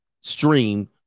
stream